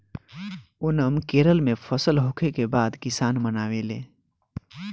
ओनम केरल में फसल होखे के बाद किसान मनावेले